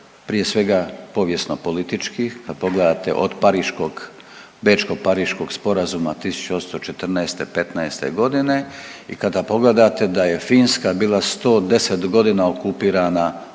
prije svega povijesno političkih, kad pogledate od pariškog, Bečko-pariškog sporazuma 1814.-'15.g. i kada pogledate da je Finska bila 110.g. okupirana